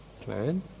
plan